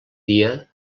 dia